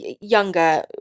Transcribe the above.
younger